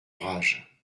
rage